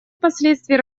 последствий